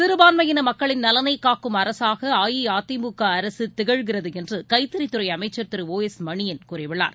சிறுபான்மையினமக்களின் நலனைகாக்கும் அரசாகஅஇஅதிமுகஅரசுதிகழ்கிறதுஎன்றுகைத்தறித்துறைஅமைச்சர் திரு ஓ எஸ் மணியன் கூறியுள்ளார்